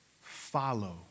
follow